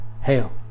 Hail